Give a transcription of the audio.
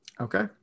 Okay